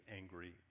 angry